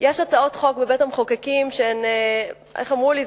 הצעות חוק בבית-המחוקקים שהן, איך אמרו לי?